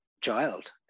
child